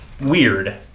Weird